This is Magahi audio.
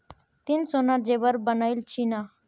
ती सोनार जेवर बनइल छि न